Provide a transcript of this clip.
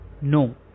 No